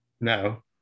No